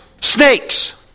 snakes